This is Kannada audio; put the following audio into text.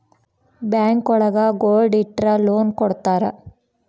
ಬ್ಯಾಂಕ್ ಒಳಗ ಗೋಲ್ಡ್ ಇಟ್ರ ಲೋನ್ ಕೊಡ್ತಾರ